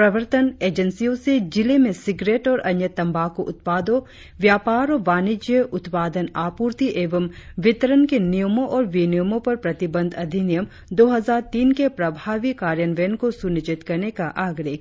प्रवर्तन एजेंसियों से जिले में सिगरेट और अन्य तंबाकू उत्पादो व्यापार और वाणिज्य उत्पादन आपूर्ति एवं वितरण के नियमों और विनियमों पर प्रतिबंध अधिनियम दो हजार तीन के प्रभावी कार्यान्वयन को सुनिश्चित करने का आग्रह किया